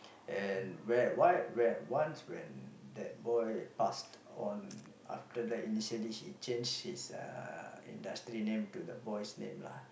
and where why where once when that boy passed on after that initially he changed his uh industry name to the boy's name lah